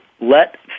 Let